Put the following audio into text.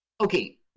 Okay